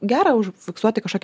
gera užfiksuoti kažkokį